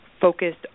focused